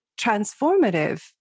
transformative